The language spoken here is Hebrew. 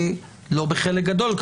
לא בחלק גדול,